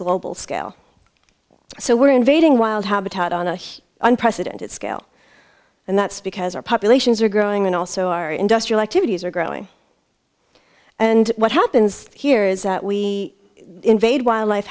global scale so we're invading wild habitat on a unprecedented scale and that's because our populations are growing and also our industrial activities are growing and what happens here is that we invade wildlife